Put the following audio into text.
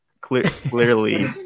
Clearly